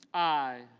i.